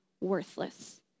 worthless